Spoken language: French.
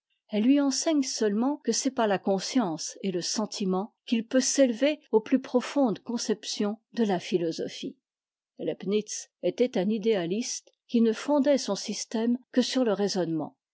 elle lui enseigne seulement que c'est par la conscience et le sentiment qu'il peut s'élever aux plus profondes conceptions de la philosophie leibnitz était un idéaliste qui ne fondait son système que sur le raisonnement